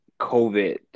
COVID